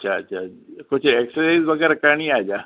अच्छा अच्छा कुझु एक्सरसाइज़ वग़ैरह करणी आहे छा